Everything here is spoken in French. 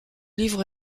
livre